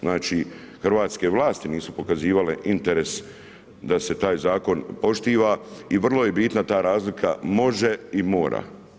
Znači hrvatske vlasti nisu pokazivale interes da se taj zakon poštovan i vrlo je bitna ta razlika može i mora.